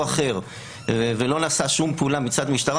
אחר ולא נעשה שום פעולה מצד המשטרה,